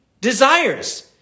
desires